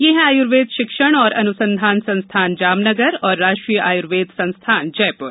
ये हैं आयुर्वेद शिक्षण और अनुसंधान संस्थान जामनगर और राष्ट्रीय आयुर्वेद संस्थान जयपूर